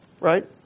right